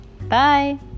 Bye